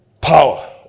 power